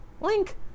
Link